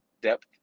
depth